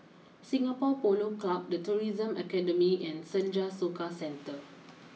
Singapore Polo Club the Tourism Academy and Senja Soka Centre